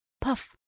puff